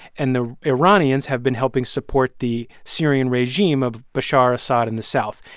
and the iranians have been helping support the syrian regime of bashar assad in the south.